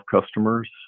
customers